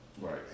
Right